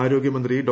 ആരോഗ്യമന്ത്രി ഡോ